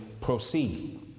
proceed